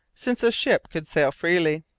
since a ship could sail freely.